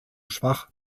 schwach